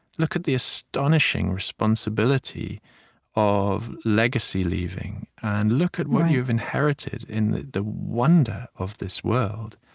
look at the astonishing responsibility of legacy-leaving. and look at what you've inherited in the wonder of this world.